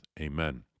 Amen